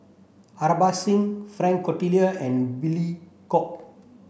Singh Frank Cloutier and Billy Koh